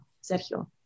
Sergio